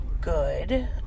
good